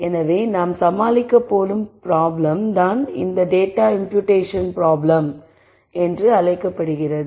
எனவே நாம் சமாளிக்கப் போகும் ப்ராப்ளம் தான் டேட்டா இம்புயூட்டேஷன் ப்ராப்ளம் என்று அழைக்கப்படுகிறது